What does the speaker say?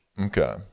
Okay